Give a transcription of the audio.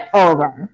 over